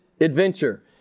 adventure